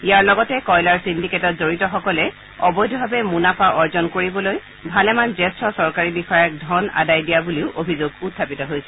ইয়াৰ লগতে কয়লাৰ চিণ্ডিকেটত জড়িতসকলে অবৈধভাৱে মুনাফা অৰ্জন কৰিবলৈ ভালেমান জ্যেষ্ঠ চৰকাৰী বিষয়াক ধন আদায় দিয়া বুলি অভিযোগ উখাপিত হৈছিল